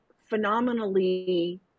phenomenally